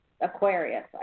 Aquarius